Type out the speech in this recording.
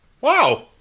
Wow